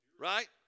right